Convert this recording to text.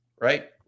Right